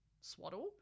swaddle